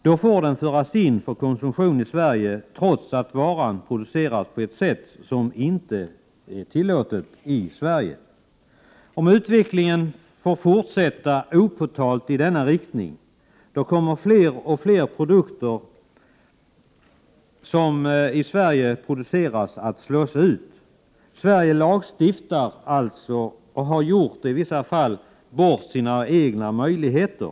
Då får den föras in för konsumtion i Sverige, trots att den producerats på ett sätt som inte är tillåtet i Sverige. Om utvecklingen får fortsätta opåtalat i denna riktning kommer allt fler livsmedel som produceras i Sverige att slås ut. Sverige lagstiftar i vissa fall bort sina egna möjligheter.